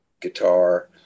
guitar